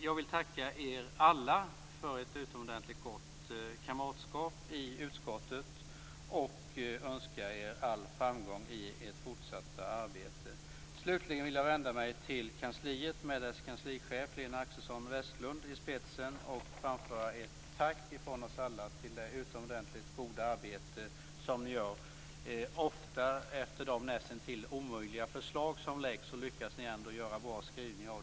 Jag vill tacka er alla för ett utomordentligt gott kamratskap i utskottet och önska er all framgång i ert fortsatta arbete. Slutligen vill jag vända mig till kansliet med dess kanslichef Lena Axelsson-Westlund i spetsen och framföra ett tack ifrån oss alla för det utomordentligt goda arbete som ni gör. Oftast lyckas ni, efter de nästintill omöjliga förslag som läggs fram, ändå göra bra skrivningar.